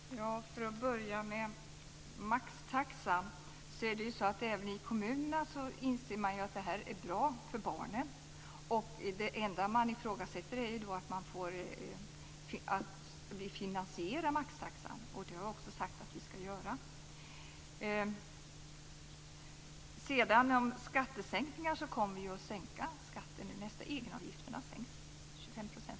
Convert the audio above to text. Fru talman! För att börja med maxtaxan, inser man även i kommunerna att det här är bra för barnen. Det enda man ifrågasätter är om vi finansierar maxtaxan. Det har vi också sagt att vi ska göra. Vi kommer att sänka skatten. Egenavgifterna sänks med 25 % nästa år.